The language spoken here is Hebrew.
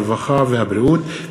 הרווחה והבריאות,